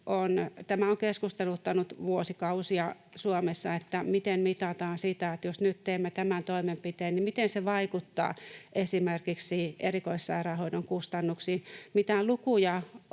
on keskusteluttanut vuosikausia Suomessa, se, miten mitataan sitä, että jos nyt teemme tämän toimenpiteen, niin miten se vaikuttaa esimerkiksi erikoissairaanhoidon kustannuksiin. Mitään lukuja